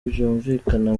byumvikana